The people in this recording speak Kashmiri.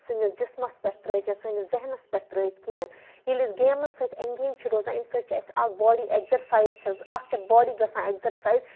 سٲنِس جِسمَس پٮ۪ٹھ ترٛٲیِتھ یا سٲنِس ذہنَس پٮ۪ٹھ ترٛٲیِتھ کِہیٖنۍ ییٚلہِ أسۍ گیمَن سۭتۍ اٮ۪نٛگیج چھِ روزان اَمہِ سۭتۍ چھِ اَسہِ اَکھ باڈی اٮ۪کزَرسایز چھَس اَکھ چھےٚ باڈی گژھان اٮ۪کزَرسایز